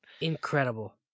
Incredible